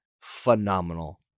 phenomenal